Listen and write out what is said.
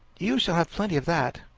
you shall have plenty of that.